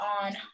on